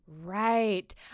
Right